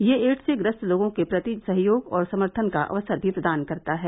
यह एड्स से ग्रस्त लोगों के प्रति सहयोग और सम्थन का अवसर भी प्रदान करता है